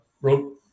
wrote